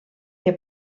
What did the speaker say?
que